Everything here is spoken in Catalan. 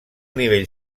nivell